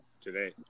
today